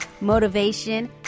motivation